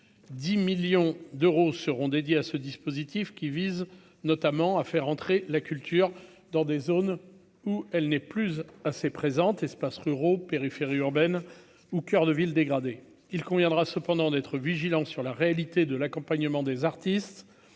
10 millions d'euros seront dédiés à ce dispositif qui vise notamment à faire entrer la culture dans des zones où elle n'est plus assez présente espaces ruraux périphéries urbaines ou Coeur de ville dégradés, il conviendra cependant d'être vigilant sur la réalité de l'accompagnement des artistes,